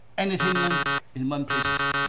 entertainment in one place?